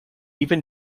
even